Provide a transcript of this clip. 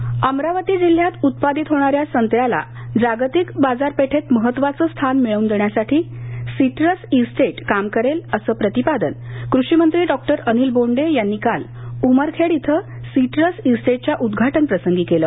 संत्री निर्यात अमरावती जिल्ह्यात उत्पादित होणाऱ्या संत्र्याला जागतिक बाजारपेठेत महत्वाचं स्थान मिळवून देण्यासाठी सीट्रस इस्टेट काम करेल असं प्रतिपादन कृषी मंत्री डॉ अनिल बोंडे यांनी काल उमरखेड इथं सीट्रस इस्टेटच्या उद्घाटन प्रसंगी केलं